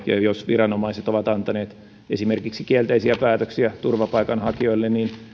ja jos viranomaiset ovat antaneet esimerkiksi kielteisiä päätöksiä turvapaikanhakijoille niin